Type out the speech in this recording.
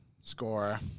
score